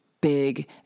big